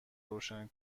روشن